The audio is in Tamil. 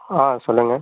ஆ சொல்லுங்கள்